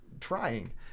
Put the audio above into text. trying